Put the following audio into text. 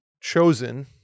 chosen